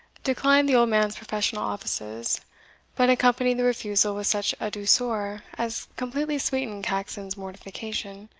declined the old man's professional offices but accompanied the refusal with such a douceur as completely sweetened caxon's mortification.